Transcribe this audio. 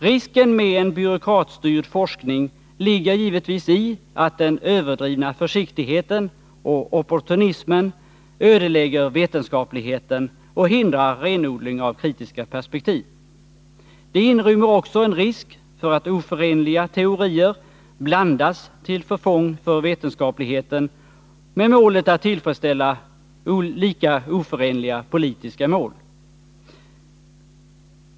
Risken med en byråkratstyrd forskning ligger givetvis i att den överdrivna försiktigheten och opportunismen ödelägger vetenskapligheten och hindrar renodling av kritiska perspektiv. Det inrymmer också en risk för att oförenliga teorier till förfång för vetenskapligheten blandas med syftet att tillfredsställa lika oförenliga politiska mål.